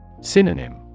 Synonym